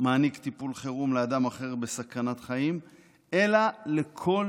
מעניק טיפול חירום לאדם אחר בסכנת חיים אלא לכל